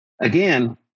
again